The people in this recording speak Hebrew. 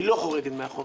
היא לא חורגת מהחוק.